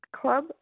club